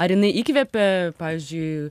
ar jinai įkvepia pavyzdžiui